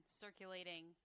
circulating –